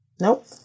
Nope